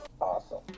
Awesome